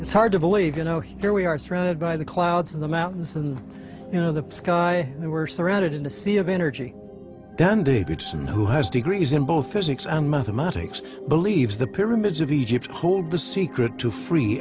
it's hard to believe you know here we are surrounded by the clouds in the mountains and you know the sky they were surrounded in a sea of energy then davidson who has degrees in both physics and mathematics believes the pyramids of egypt hold the secret to free